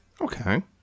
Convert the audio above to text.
Okay